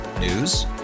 News